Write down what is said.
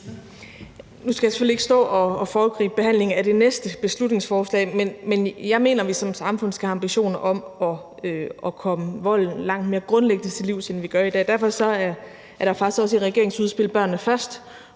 Nu skal jeg selvfølgelig ikke stå og foregribe behandlingen af det næste beslutningsforslag, men jeg mener, at vi som samfund skal have ambitioner om at komme volden langt mere grundlæggende til livs, end vi gør i dag, og derfor er der faktisk også i regeringens udspil »Børnene Først«